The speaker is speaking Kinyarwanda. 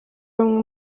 bamwe